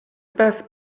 best